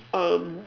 um